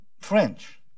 French